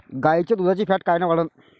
गाईच्या दुधाची फॅट कायन वाढन?